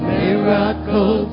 miracle